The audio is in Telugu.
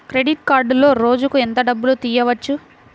క్రెడిట్ కార్డులో రోజుకు ఎంత డబ్బులు తీయవచ్చు?